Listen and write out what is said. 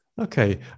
Okay